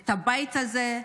את הבית הזה,